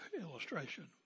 illustration